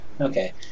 Okay